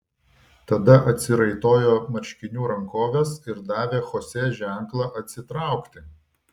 tada atsiraitojo marškinių rankoves ir davė chosė ženklą atsitraukti